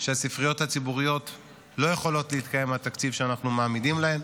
שהספריות הציבוריות לא יכולות להתקיים מהתקציב שאנחנו מעמידים להן,